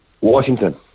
Washington